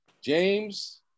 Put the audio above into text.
James